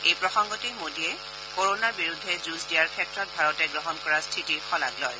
এই প্ৰসংগতে মোদীয়ে কৰনাৰ বিৰুদ্ধে যুঁজ দিয়া ক্ষেত্ৰত ভাৰতে গ্ৰহণ কৰা স্থিতিৰ শলাগ লয়